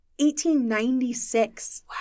1896